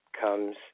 comes